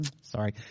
Sorry